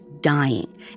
dying